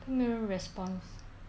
no response